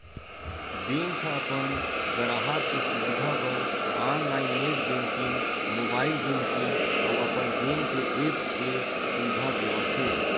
bank ह अपन गराहक के सुबिधा बर online net banking, mobile banking अउ अपन बेंक के ऐप्स के सुबिधा देवत हे